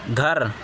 گھر